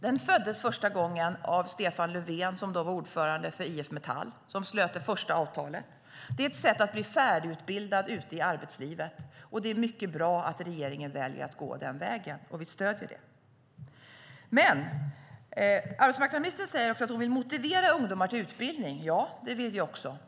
Den föddes av Stefan Löfven, då ordförande för IF Metall som slöt det första avtalet. Det är ett sätt att bli färdigutbildad ute i arbetslivet, och det är mycket bra att regeringen väljer att gå den vägen. Vi stöder det. Arbetsmarknadsministern säger dock att hon vill motivera ungdomar till utbildning. Ja, det vill vi också.